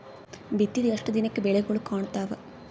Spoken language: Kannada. ಬಿತ್ತಿದ ಎಷ್ಟು ದಿನಕ ಬೆಳಿಗೋಳ ಕಾಣತಾವ?